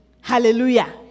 Hallelujah